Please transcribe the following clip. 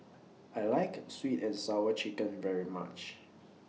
I like Sweet and Sour Chicken very much